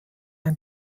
ein